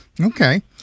Okay